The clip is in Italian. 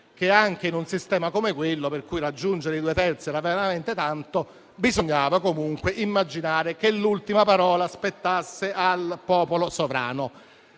che, anche in un sistema come quello, per cui raggiungere i due terzi era veramente tanto, bisognava comunque immaginare che l'ultima parola spettasse al popolo sovrano.